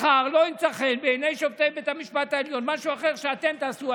מחר לא ימצא חן בעיני שופטי בית המשפט העליון משהו אחר שאתם תעשו,